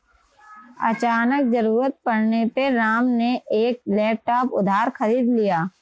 अचानक ज़रूरत पड़ने पे राम ने एक लैपटॉप उधार खरीद लिया